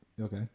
Okay